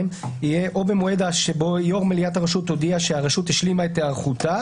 יהיה או במועד שבו יו"ר מליאת הרשות הודיעה שהרשות השלימה את היערכותה